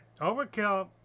Overkill